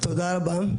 תודה רבה.